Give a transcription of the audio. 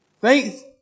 Faith